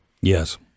yes